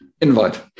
invite